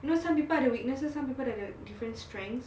you know some people are the weaknesses some people have the different strengths